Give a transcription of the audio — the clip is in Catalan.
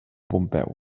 pompeu